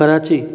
Karachi